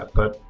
but